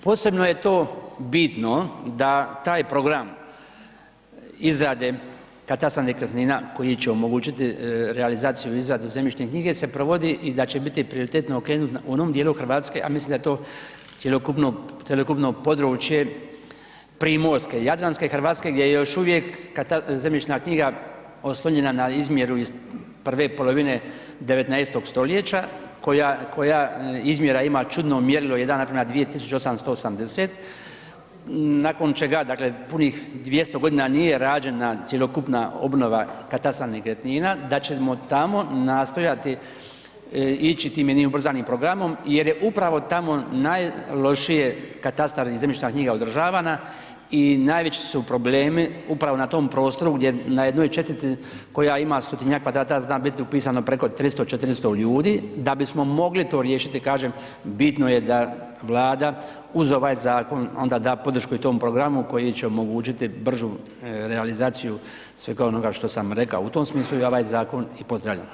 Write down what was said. Posebno je to bitno da taj program izrade katastra nekretnina koji će omogućiti realizaciju i izradu zemljišne knjige se provodi i da će biti prioritetno okrenut onome djelu Hrvatske a mislim da je to cjelokupno područje primorske i jadranske Hrvatske gdje još uvijek je zemljišna knjiga oslonjena na izmjeru iz 1. polovine 19. st. koja izmjera ima čudno mjerilo, 1:2880, nakon čega, dakle punih 200 g. nije rađena cjelokupna obnova katastra nekretnina, da ćemo tamo nastojati ići tim jednim ubrzanim programom jer je upravo tamo najlošije katastar i zemljišna knjiga održavana i najveći su problemi upravo na tom prostoru gdje na jednoj čestici koja ima stotinjak kvadrata zna biti upisano preko 300, 400 ljudi, da bismo mogli to riješiti, kažem da Vlada uz ovaj zakon onda da podršku i tom programu koji će omogućiti bržu realizaciju svega onoga što sam rekao, u tom smislu ja ovaj zakon i pozdravljam, hvala.